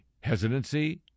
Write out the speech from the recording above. hesitancy